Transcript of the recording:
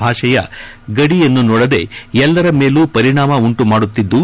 ಭಾಷೆಯ ಗಡಿಯನ್ನು ನೋಡದೇ ಎಲ್ಲರ ಮೇಲೂ ಪರಿಣಾಮ ಉಂಟುಮಾಡುತ್ತಿದ್ಲು